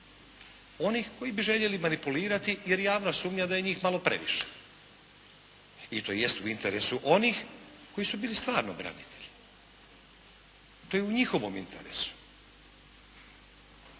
onih koji bi željeli manipulirati jer javnost sumnja da je njih malo previše i to jest u interesu onih koji su bili stvarno branitelji. To je u njihovom interesu.